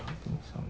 I think so